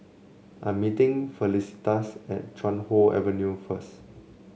I'm meeting Felicitas at Chuan Hoe Avenue first